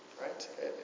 right